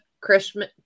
christmas